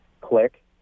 click